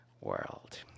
world